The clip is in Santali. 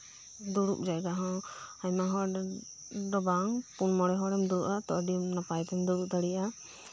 ᱫᱩᱲᱩᱵ ᱡᱟᱭᱜᱟ ᱦᱚᱸ ᱟᱭᱢᱟ ᱦᱚᱲ ᱫᱚ ᱵᱟᱝ ᱯᱩᱱ ᱦᱚᱲ ᱢᱚᱬᱮ ᱦᱚᱲ ᱮᱢ ᱫᱩᱲᱩᱵᱟ ᱟᱹᱰᱤ ᱱᱟᱯᱟᱭ ᱜᱮᱢ ᱫᱩᱲᱩᱵ ᱫᱟᱲᱮᱭᱟᱜᱼᱟ